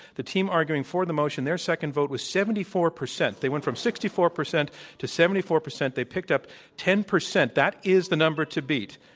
the team arguing for the motion their second vote was seventy four percent. they went from sixty four percent to seventy four percent. they picked up ten percent. that is the number to beat.